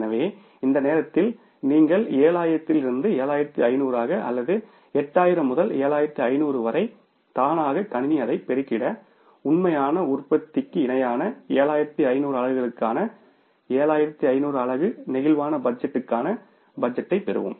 எனவே இந்த நேரத்தில் நீங்கள் 7000 இலிருந்து 7500 ஆக அல்லது 8000 முதல் 7500 வரை தானாக கணினி அதை பெருக்கி உண்மையான உற்பத்திக்கு இணையான 7500 அலகுகளுக்கான 7500 அலகு பிளேக்சிபிள் பட்ஜெட்டுக்கான பட்ஜெட்டைப் பெறுவோம்